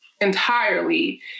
entirely